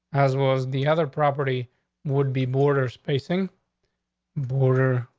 as was the other property would be borders pacing border. ah,